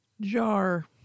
Jar